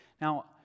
Now